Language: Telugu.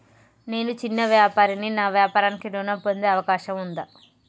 నేను చిన్న వ్యాపారిని నా వ్యాపారానికి ఋణం పొందే అవకాశం ఉందా?